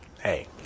Hey